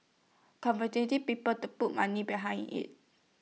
convincing people to put money behind IT